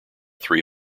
three